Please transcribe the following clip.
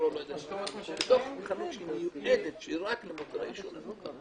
גם אלכוהול וגם טבק.